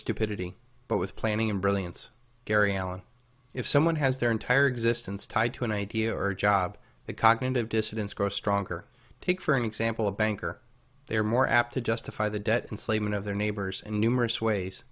stupidity but with planning and brilliance gary allen if someone has their entire existence tied to an idea or a job the cognitive dissidence grow stronger take for example a banker they're more apt to justify the debt and flaming of their neighbors in numerous ways